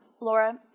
Laura